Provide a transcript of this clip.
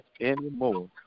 anymore